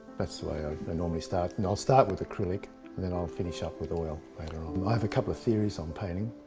that's the way ah i normally start. and i'll start with acrylic and then i'll finish up with oil later on. i have a couple of theories on painting.